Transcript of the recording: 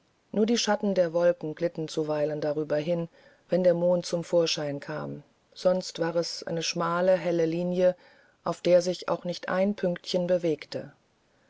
nur die schatten der wolken glitten zuweilen darüber hin wenn der mond zum vorschein kam sonst war es eine schmale helle linie auf der sich auch nicht ein pünktchen bewegte